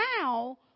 Now